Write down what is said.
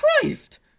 Christ